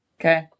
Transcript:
Okay